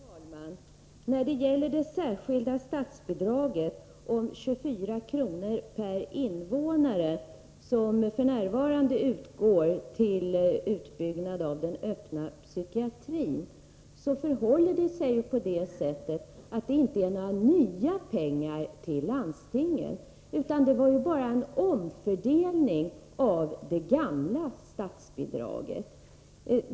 Herr talman! När det gäller det särskilda statsbidrag på 24 kr. per invånare som f. n. utgår till utbyggnad av öppen psykiatri, handlar det inte om några nya pengar till landstingen, utan det är bara en omfördelning av det gamla statsbidraget.